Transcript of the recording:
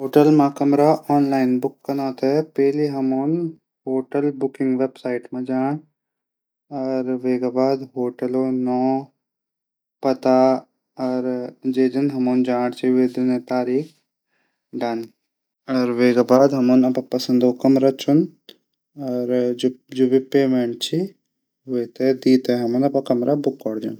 होटल कमरा online book कनौ तै पैली हमन होटल आनलाईन बुकिंग पर जांण अर वेक बाद नौ पता जै दिन हमन जाण वेदना तारीख फिर वेकू बाद अपड पंशद कपडा चूनण। और जू भी पेमेंट च वेथे देकी अपडू कमरा बुक कैरी दीण।